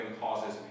causes